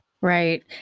Right